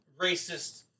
racist